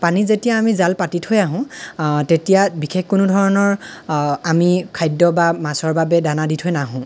পানীত যেতিয়া আমি জাল পাতি থৈ আহোঁ তেতিয়া বিশেষ কোনো ধৰণৰ আমি খাদ্য বা মাছৰ বাবে দানা দি থৈ নাহোঁ